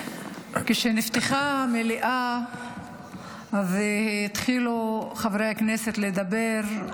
כשנפתחה המליאה והתחילו חברי הכנסת לדבר,